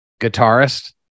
guitarist